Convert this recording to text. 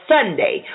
Sunday